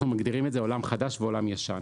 מגדירים את זה "עולם חדש" ו-"עולם ישן".